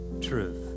truth